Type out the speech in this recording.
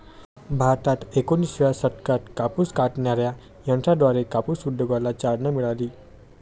भारतात एकोणिसाव्या शतकात कापूस कातणाऱ्या यंत्राद्वारे कापूस उद्योगाला चालना मिळाली